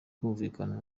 kumvikana